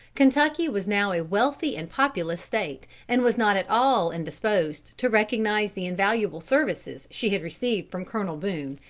kentucky was now a wealthy and populous state, and was not at all indisposed to recognise the invaluable services she had received from colonel boone.